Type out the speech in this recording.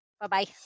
Bye-bye